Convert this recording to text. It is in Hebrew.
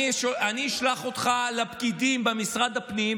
אני אשלח אותך לפקידים במשרד הפנים,